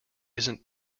isn’t